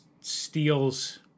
steals